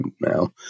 now